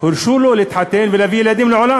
הרשו לו להתחתן ולהביא ילדים לעולם.